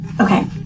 Okay